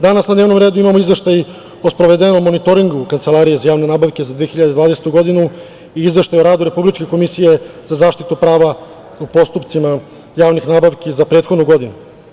Danas na dnevnom redu imamo izveštaj o sprovedenom monitoringu Kancelarije za javne nabavke 2020. godinu i Izveštaj o radu Republičke komisije za zaštitu prava u postupcima javnih nabavki za prethodnu godinu.